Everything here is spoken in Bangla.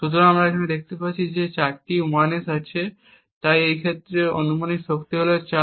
সুতরাং আমরা এখানে দেখতে পাচ্ছি যে চারটি 1s আছে তাই এই ক্ষেত্রে অনুমানিক শক্তি হল 4